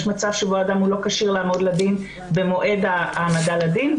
יש מצב שבו אדם לא כשיר לעמוד לדין במועד ההעמדה לדין,